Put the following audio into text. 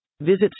Visit